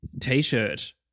T-shirt